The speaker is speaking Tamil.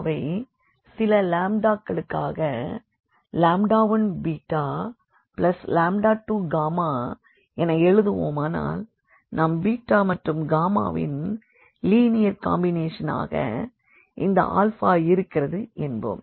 ஐ சில க்களுக்காக 1β2 என எழுதுவோமானால் நாம் மற்றும் ன் லீனியர் காம்பினேஷன் ஆக இந்த இருக்கிறது என்போம்